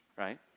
right